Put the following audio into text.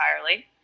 entirely